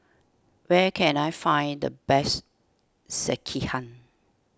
where can I find the best Sekihan